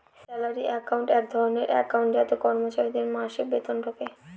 salary account এক ধরনের account যাতে কর্মচারীদের মাসিক বেতন ঢোকে